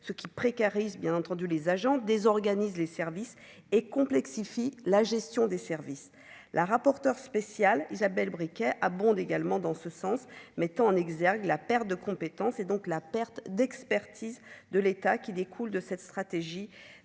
ceux qui précarisent bien entendu les agents désorganise les services et complexifie la gestion des services, la rapporteure spéciale Isabelle abonde également dans ce sens, mettant en exergue la perte de compétence et donc la perte d'expertise de l'État qui découle de cette stratégie